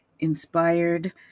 inspired